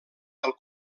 del